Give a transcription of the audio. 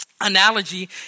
analogy